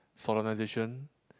solemnization